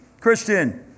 Christian